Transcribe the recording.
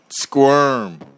squirm